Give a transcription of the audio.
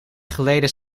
geleden